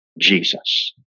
Jesus